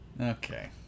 Okay